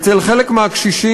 אצל חלק מהקשישים,